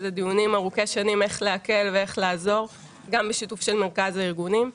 אלה דיונים ארוכי שנים איך להקל ואיך לעזור גם בשיתוף של מרכז הארגונים.